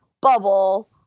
bubble